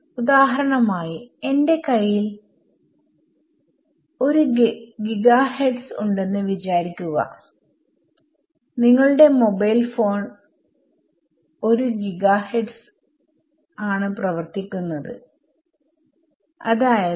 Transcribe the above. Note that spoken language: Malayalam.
ഉദാഹരണം ആയിഎന്റെ കയ്യിൽ 1GHz ഉണ്ടെന്ന് വിചാരിക്കുക നിങ്ങളുടെ മൊബൈൽ ഫോൺ 1 GHz ൽ ആണ് പ്രവർത്തിക്കുന്നത് അതായത് 30 cm